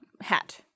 hat